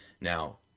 Now